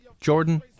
Jordan